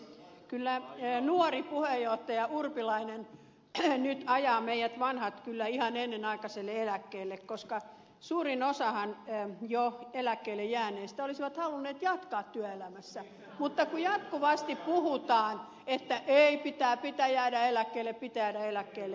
kyllä nuori puheenjohtaja urpilainen nyt ajaa meidät vanhat ihan ennenaikaiselle eläkkeelle koska suurin osahan jo eläkkeille jääneistä olisi halunnut jatkaa työelämässä mutta kun jatkuvasti puhutaan että ei pitää jäädä eläkkeelle pitää jäädä eläkkeelle